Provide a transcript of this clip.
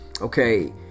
okay